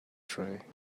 tray